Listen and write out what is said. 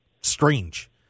strange